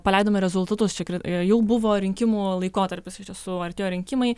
paleidome rezultatus čia jau buvo rinkimų laikotarpis iš tiesų artėjo rinkimai